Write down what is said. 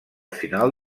final